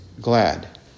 glad